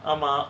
ஆமா:aama